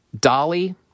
Dolly